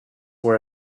were